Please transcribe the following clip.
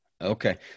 Okay